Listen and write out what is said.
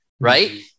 right